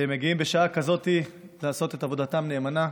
שמגיעים בשעה כזאת לעשות את עבודתם נאמנה,